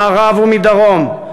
ממערב ומדרום,